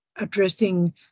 addressing